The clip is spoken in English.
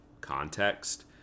context